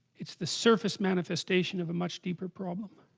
it's the surface manifestation of a much deeper problem